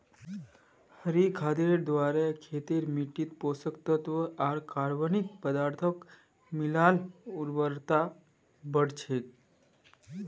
हरी खादेर द्वारे खेतेर मिट्टित पोषक तत्त्व आर कार्बनिक पदार्थक मिला ल उर्वरता बढ़ छेक